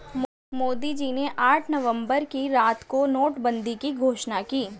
मोदी जी ने आठ नवंबर की रात को नोटबंदी की घोषणा की